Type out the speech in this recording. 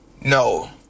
No